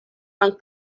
and